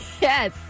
Yes